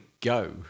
go